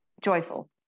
Joyful